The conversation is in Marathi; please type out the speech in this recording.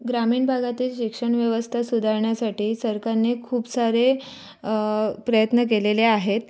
ग्रामीण भागातील शिक्षण व्यवस्था सुधारण्यासाठी सरकारने खूप सारे प्रयत्न केलेले आहेत